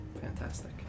Fantastic